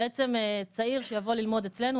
צעיר שיבוא ללמוד אצלנו,